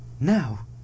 now